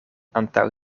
antaŭ